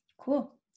Cool